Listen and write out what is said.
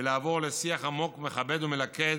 ולעבור לשיח עמוק, מכבד ומלכד,